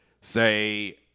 say